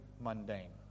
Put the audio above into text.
mundane